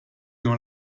dans